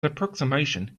approximation